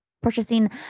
purchasing